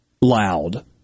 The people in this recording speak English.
loud